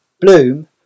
Bloom